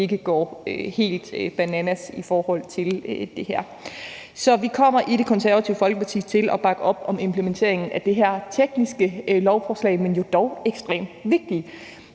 ikke går helt bananas i forhold til det her. Så vi kommer i Det Konservative Folkeparti til at bakke op om implementeringen af det her tekniske, men jo dog ekstremt vigtige